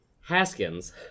Haskins